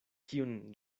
kiun